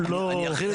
אחת,